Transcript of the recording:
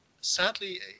sadly